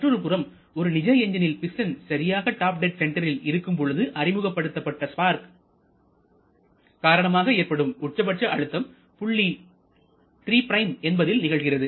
மற்றொரு புறம் ஒரு நிஜ எஞ்சினில் பிஸ்டன் சரியாக டாப் டெட் சென்டரில் இருக்கும்பொழுது அறிமுகப்படுத்தப்பட்ட ஸ்பார்க் காரணமாக ஏற்படும் உச்சபட்ச அழுத்தம் புள்ளி 3'என்பதில் நிகழ்கிறது